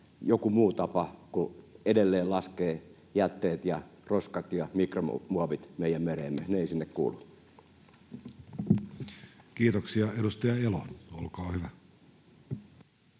joku muu tapa kuin edelleen laskea jätteet ja roskat ja mikromuovit meidän mereemme. Ne eivät sinne kuulu. [Speech 85] Speaker: